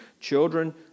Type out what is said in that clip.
children